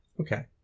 Okay